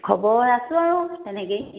খবৰ আছোঁ আৰু তেনেকেই